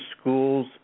schools